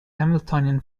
hamiltonian